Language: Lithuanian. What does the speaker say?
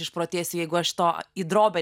išprotėsiu jeigu aš to į drobę